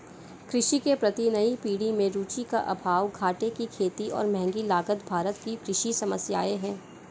कृषि के प्रति नई पीढ़ी में रुचि का अभाव, घाटे की खेती और महँगी लागत भारत की कृषि समस्याए हैं